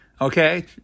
Okay